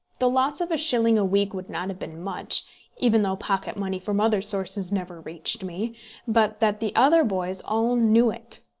the loss of a shilling a week would not have been much even though pocket-money from other sources never reached me but that the other boys all knew it!